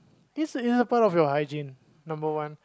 this is you know part of your hygiene number one